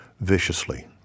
viciously